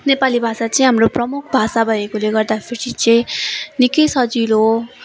नेपाली भाषा चाहिँ हाम्रो प्रमुख भाषा भएकोले गर्दाखेरि चाहिँ निकै सजिलो